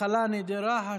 (מחלה נדירה),